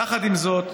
יחד עם זאת,